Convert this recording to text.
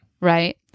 right